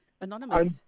Anonymous